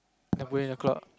and put it in a cloud